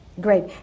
Great